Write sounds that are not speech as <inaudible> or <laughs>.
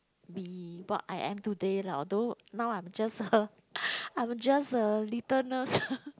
be what I am today lah although now I'm just a <laughs> I'm just a little nurse